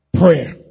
Prayer